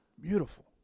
Beautiful